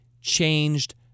changed